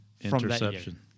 interception